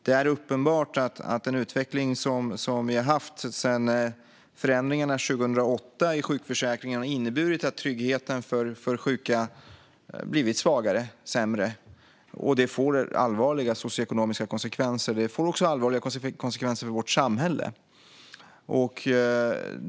Det är uppenbart att den utveckling som vi har haft sedan förändringarna i sjukförsäkringen 2008 har inneburit att tryggheten för sjuka blivit svagare och sämre, och det får allvarliga socioekonomiska konsekvenser. Det får också allvarliga konsekvenser för vårt samhälle.